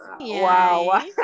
Wow